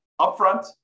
upfront